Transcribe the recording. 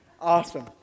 Awesome